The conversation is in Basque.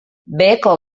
beheko